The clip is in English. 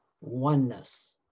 oneness